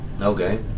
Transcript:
Okay